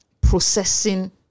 processing